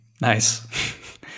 Nice